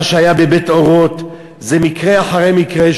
מה שהיה ב"בית אורות" זה מקרה אחרי מקרה,